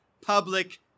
public